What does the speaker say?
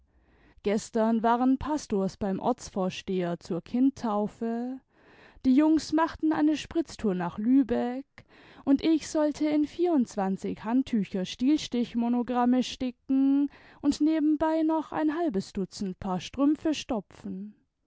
gestern waren pastors beim ortsvorsteher zur kindtaufe die jungens machten eine spritztour nach lübeck und ich sollte in vierundzwanzig handtücher stilstich monogramme sticken und nebenbei noch ein halbes dutzend paar strümpfe stopfen